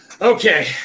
Okay